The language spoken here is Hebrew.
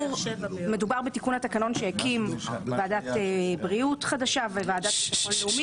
מדובר בתיקון התקנון שהקים ועדת בריאות חדשה וועדת ביטחון לאומי,